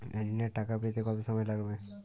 ঋণের টাকা পেতে কত সময় লাগবে?